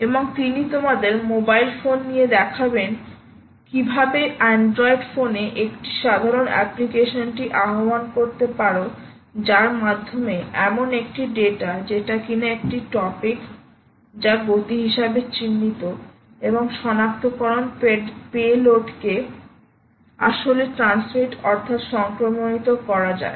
এবং তিনি তোমাদের মোবাইল ফোন দিয়ে দেখাবেন আপনি কীভাবে অ্যান্ড্রয়েড ফোনে একটি সাধারণ অ্যাপ্লিকেশনটি আহ্বান করতে পারো যার মাধ্যমে এমন একটি ডেটা যেটা কিনা একটি টপিক যা গতি হিসাবে চিহ্নিত এবং সনাক্তকরণ পেডলোড কে আসলে ট্রান্সমিট অর্থাৎ সংক্রমণিত বা করা যায়